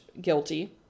guilty